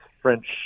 French